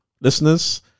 Listeners